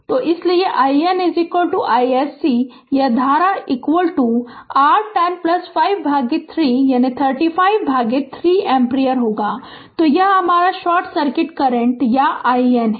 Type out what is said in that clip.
तो इसलिए IN iSC यह धारा r 105 भागित 3 यानी 35 भागित 3 एम्पीयर तो यह हमारा शॉर्ट सर्किट करंट या IN है